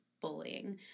bullying